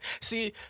See